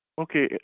Okay